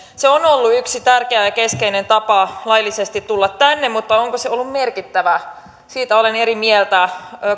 se on ollut yksi tärkeä ja keskeinen tapa laillisesti tulla tänne mutta onko se ollut merkittävä siitä olen eri mieltä